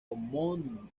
homónima